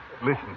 Listen